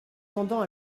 tendant